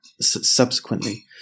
subsequently